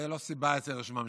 זו לא סיבה אצל הרשימה המשותפת.